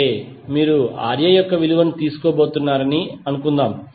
అంటే మీరు Ra యొక్క విలువను తెలుసుకోబోతున్నారని అనుకుందాం